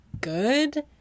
good